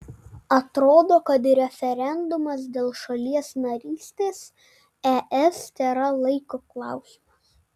atrodo kad referendumas dėl šalies narystės es tėra laiko klausimas